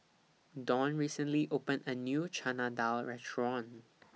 Don recently opened A New Chana Dal Restaurant